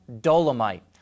Dolomite